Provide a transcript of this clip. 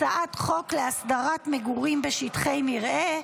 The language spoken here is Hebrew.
הצעת חוק להסדרת מגורים בשטחי מרעה,